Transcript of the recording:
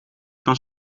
kan